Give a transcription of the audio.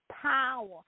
power